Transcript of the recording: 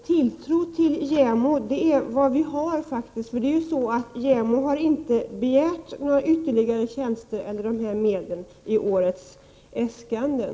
Herr talman! Margö Ingvardsson, tilltro till JämO är faktiskt vad vi har. För JämO har inte begärt några ytterligare tjänster eller de här medlen i årets äskanden.